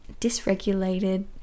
dysregulated